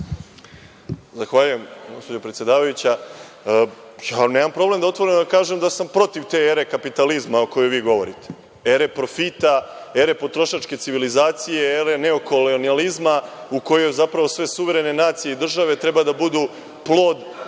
Zahvaljujem, gospođo predsedavajuća. Nemam problem otvoreno da kažem da sam protiv te ere kapitalizma o kojoj vi govorite, ere profita, ere potrošačke civilizacije, ere neokolonijalizma, u kojoj zapravo sve suverene nacije i države treba da budu,